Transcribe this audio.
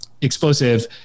explosive